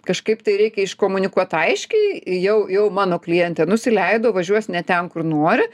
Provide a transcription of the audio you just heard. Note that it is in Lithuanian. kažkaip tai reikia iškomunikuot aiškiai jau jau mano klientė nusileido važiuos ne ten kur nori